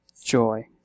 Joy